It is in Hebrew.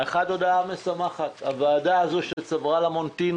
ההודעה הראשונה היא משמחת: הוועדה הזו שצברה לה מוניטין